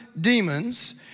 demons